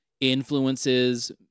influences